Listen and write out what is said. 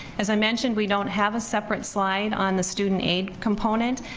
as i mentioned, we don't have a separate slide on the student aid component,